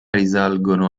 risalgono